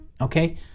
okay